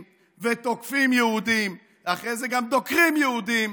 ותוקפים יהודים ואחרי זה גם דוקרים יהודים